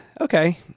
okay